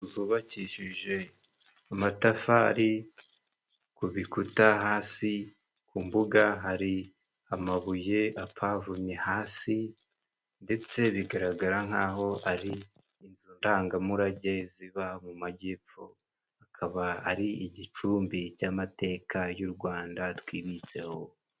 Zubakishije amatafari ku bikuta hasi ku mbuga hari amabuye apavomye hasi, ndetse bigaragara nk'aho ari inzu ndangamurage ziba mu majyepfo. Akaba ari igicumbi cy'amateka y'u Rwanda twibitseho.